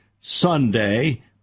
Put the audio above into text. Sunday